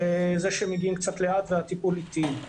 וזה שמגיעים לאט והטיפול איטי.